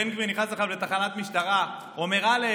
בן גביר נכנס עכשיו לתחנת משטרה ואומר א',